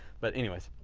but anyways,